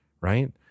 Right